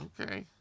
Okay